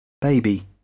baby